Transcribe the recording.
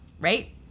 Right